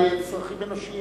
בגלל צרכים אנושיים,